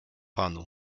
panu